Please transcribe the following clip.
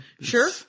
Sure